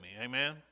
Amen